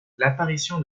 l’apparition